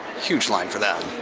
huge line for them.